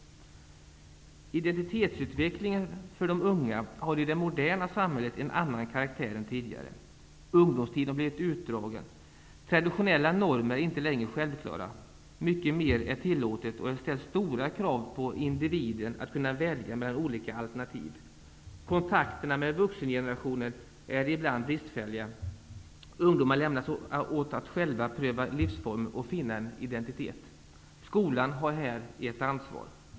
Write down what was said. Identitetsutvecklingen för de unga har i det moderna samhället en annan karaktär än tidigare. Ungdomstiden har blivit utdragen. Traditionella normer är inte längre självklara, mycket mer är tillåtet, och det ställs stora krav på individen att kunna välja mellan olika alternativ. Kontakterna med vuxengenerationen är ibland bristfälliga, ungdomarna lämnas åt att själva pröva livsformer och finna en identitet. Skolan har här ett ansvar.